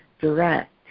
direct